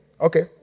Okay